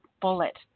bullet